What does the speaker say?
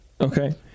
Okay